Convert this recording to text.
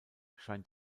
scheint